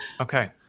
Okay